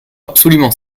absolument